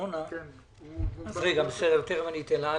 תכף אני אתן לה.